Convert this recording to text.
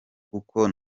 kuko